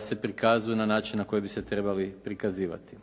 se prikazuju na način na koji bi se trebali prikazivati.